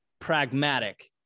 pragmatic